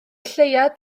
lleuad